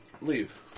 leave